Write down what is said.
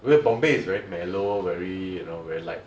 where Bombay is very mellow very you know very light